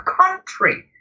country